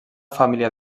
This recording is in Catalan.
família